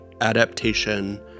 adaptation